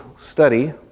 study